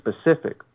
specific